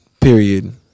period